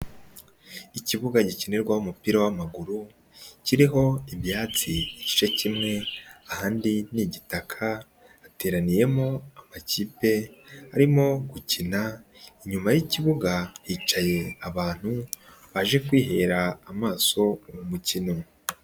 Ikibuga gikinirwaho umupira w'amaguru, kiriho ibyatsi igice kimwe, ahandi ni igitaka, hateraniyemo amakipe, arimo gukina, inyuma y'ikibuga hicaye abantu, baje kwihera amaso uyu mukino.